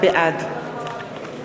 בעד